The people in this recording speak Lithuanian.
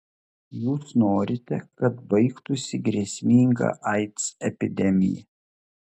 jūs norite kad baigtųsi grėsminga aids epidemija